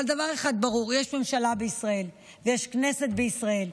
אבל דבר אחד ברור: יש ממשלה בישראל ויש כנסת בישראל.